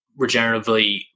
regeneratively